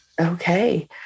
Okay